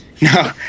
no